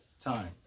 time